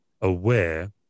aware